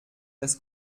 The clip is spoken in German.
das